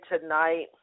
tonight